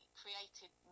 created